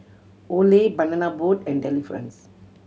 Olay Banana Boat and Delifrance